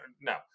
no